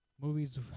movies